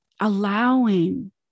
Allowing